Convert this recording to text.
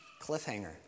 Cliffhanger